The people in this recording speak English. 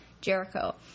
Jericho